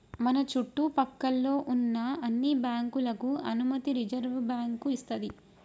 మన చుట్టు పక్కల్లో ఉన్న అన్ని బ్యాంకులకు అనుమతి రిజర్వుబ్యాంకు ఇస్తది